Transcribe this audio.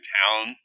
town